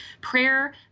prayer